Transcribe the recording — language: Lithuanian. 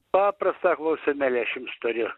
paprastą klausimėlį aš jums turiu